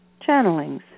channelings